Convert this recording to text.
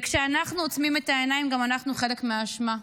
וכשאנחנו עוצמים את העיניים, גם אנחנו חלק מהאשמה,